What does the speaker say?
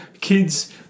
kids